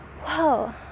whoa